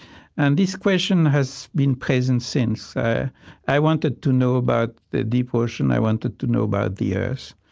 and this question has been present since. i i wanted to know about the deep ocean. i wanted to know about the earth.